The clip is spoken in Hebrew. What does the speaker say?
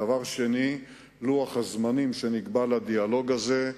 דבר שני, לוח הזמנים שנקבע לדיאלוג הזה,